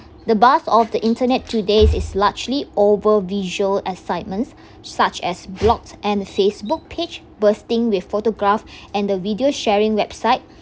the bulk of the internet today is largely over visual excitements such as blogs and facebook page bursting with photograph and the video sharing website